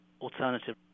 alternative